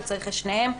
או צריך את שניהם.